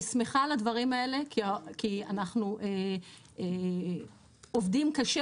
אני שמחה על הדברים האלה כי אנחנו עובדים קשה